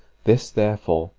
this, therefore,